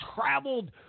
traveled